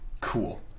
cool